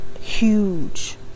huge